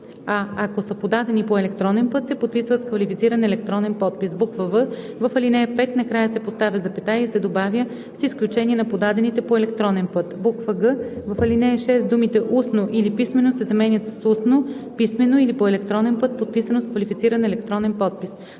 „а ако са подадени по електронен път, се подписват с квалифициран електронен подпис“; в) в ал. 5 накрая се поставя запетая и се добавя „с изключение на подадените по електронен път“; г) в ал. 6 думите „устно или писмено“ се заменят с „устно, писмено или по електронен път, подписано с квалифициран електронен подпис“.